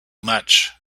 much